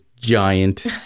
giant